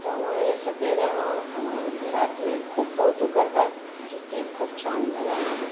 त्यामुळे सगळेजणं घरातले खूप कौतुक करतात की केक खूप छान झाला आहे म्हणून